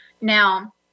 Now